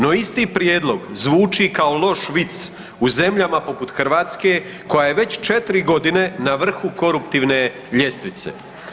No isti prijedlog zvuči kao loš vic u zemljama poput Hrvatske koja je već 4 g. na vrhu koruptivne ljestvice.